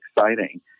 exciting